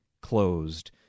closed